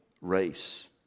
race